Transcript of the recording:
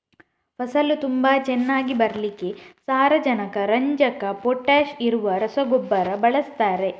ಫಸಲು ತುಂಬಾ ಚೆನ್ನಾಗಿ ಬರ್ಲಿಕ್ಕೆ ಸಾರಜನಕ, ರಂಜಕ, ಪೊಟಾಷ್ ಇರುವ ರಸಗೊಬ್ಬರ ಬಳಸ್ತಾರೆ